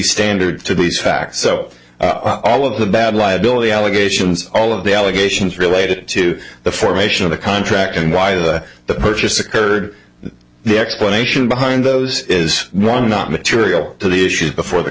standard to be facts so all of the bad libel the allegations all of the allegations related to the formation of the contract and why the purchase occurred the explanation behind those is one not material to the issues before the